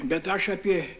bet aš apie